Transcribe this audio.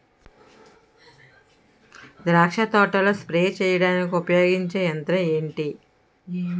ద్రాక్ష తోటలో స్ప్రే చేయడానికి ఉపయోగించే యంత్రం ఎంటి?